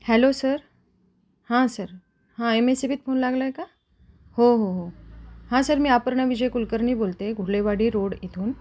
hello sir हां sir हां M S E बीत फोन लागला आहे का हो हो हो हां सर मी अपर्ना विजय कुलकर्नी बोलते आहे घुलेवाडी रोड इथून